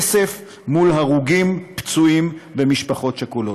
כסף מול הרוגים, פצועים ומשפחות שכולות.